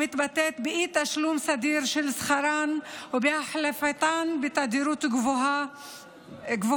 המתבטאת באי-תשלום סדיר של שכרן ובהחלפתן בתדירות גבוהה.